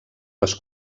les